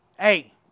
hey